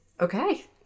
okay